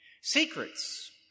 Secrets